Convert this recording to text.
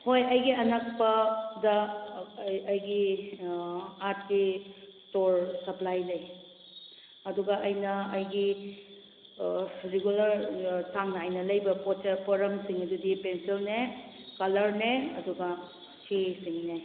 ꯍꯣꯏ ꯑꯩꯒꯤ ꯑꯅꯛꯄ ꯗ ꯑꯩꯒꯤ ꯑꯥꯔ ꯀꯦ ꯏꯁꯇꯣꯔ ꯁꯄ꯭ꯂꯥꯏ ꯂꯩ ꯑꯗꯨꯒ ꯑꯩꯅ ꯑꯩꯒꯤ ꯔꯤꯒꯨꯂꯔ ꯆꯥꯡ ꯅꯥꯏꯅ ꯂꯩꯕ ꯄꯣꯠꯂꯝꯁꯤꯡ ꯑꯗꯨꯗꯤ ꯄꯦꯟꯁꯤꯜꯅꯦ ꯀꯂꯔꯅꯦ ꯑꯗꯨꯒ ꯆꯦꯁꯤꯡꯅꯦ